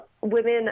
Women